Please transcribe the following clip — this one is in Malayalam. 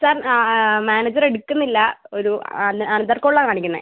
സാർ മാനേജർ എടുക്കുന്നില്ല ഒരു അനതർ കോളിലാണ് കാണിക്കുന്നത്